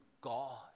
God